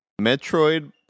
Metroid